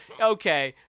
Okay